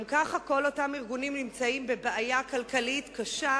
גם ככה כל אותם ארגונים נמצאים בבעיה כלכלית קשה,